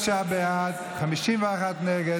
25 בעד, 51 נגד.